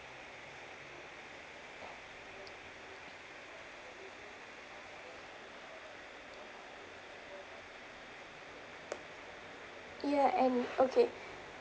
ya and okay